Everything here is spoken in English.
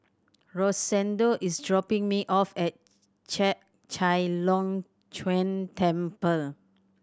Rosendo is dropping me off at Chek Chai Long Chuen Temple